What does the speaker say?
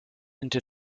into